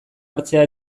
hartzea